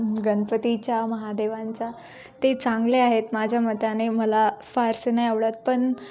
गणपतीच्या महादेवांच्या ते चांगले आहेत माझ्या मताने मला फारसे नाही आवडत पण